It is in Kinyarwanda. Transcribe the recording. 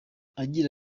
agira